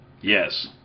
Yes